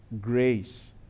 grace